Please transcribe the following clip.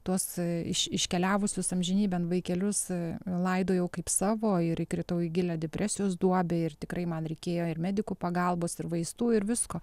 tuos iš iškeliavusius amžinybėn vaikelius laidojau kaip savo ir įkritau į gilią depresijos duobę ir tikrai man reikėjo ir medikų pagalbos ir vaistų ir visko